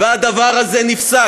והדבר הזה נפסק.